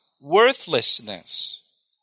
worthlessness